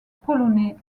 polonais